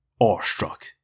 awestruck